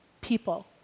people